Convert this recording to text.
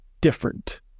different